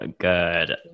good